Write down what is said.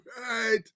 right